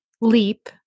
leap